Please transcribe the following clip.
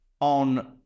on